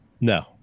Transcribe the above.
No